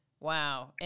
Wow